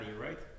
right